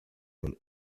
and